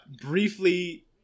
Briefly